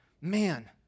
man